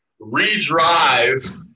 redrive